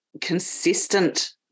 consistent